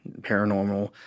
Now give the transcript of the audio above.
paranormal